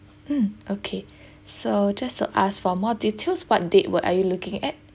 mm okay so just to ask for more details what date were are you looking at